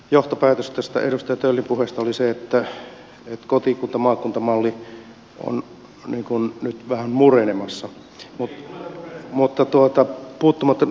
johtopäätös tästä edustaja töllin puheesta oli se että kotikuntamaakunta malli on nyt vähän murenemassa